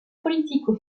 politico